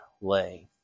lay